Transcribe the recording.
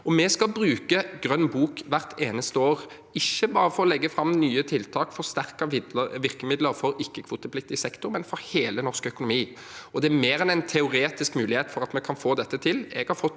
Vi skal også bruke grønn bok hvert eneste år, ikke bare for å legge fram nye tiltak og forsterkede virkemidler for ikke-kvotepliktig sektor, men for hele den norske økonomien, og det er mer enn en teoretisk mulighet for at vi kan få dette til.